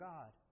God